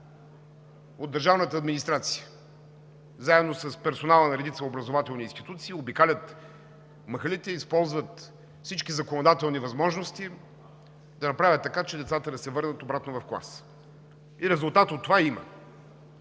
от държавната администрация заедно с персонала на редица образователни институции обикалят махалите, използват всички законодателни възможности да направят така, че децата да се върнат обратно в клас. И резултат от това има.